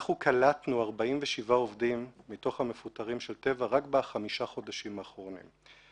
אנחנו קלטנו 47 עובדים מתוך המפוטרים של טבע רק בחמשת החודשים האחרונים.